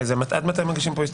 חבר הכנסת רוטמן משתעשע בנסחות.